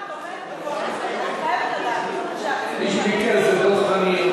עפר, עפר שלח, איך אתה תומך בחוק הזה?